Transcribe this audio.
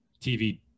tv